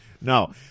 no